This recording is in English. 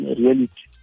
reality